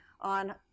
on